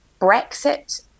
Brexit